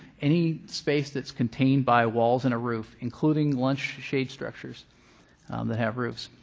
any space that's contained by walls and a roof including lunch shade structures that have roofs.